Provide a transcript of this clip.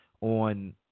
on